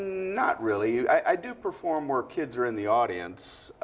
not really. i do perform where kids are in the audience.